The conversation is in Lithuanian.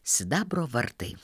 sidabro vartai